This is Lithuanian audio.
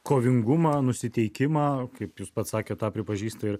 kovingumą nusiteikimą kaip jūs pats sakėt tą pripažįsta ir